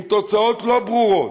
עם תוצאות לא ברורות,